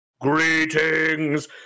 Greetings